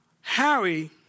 Harry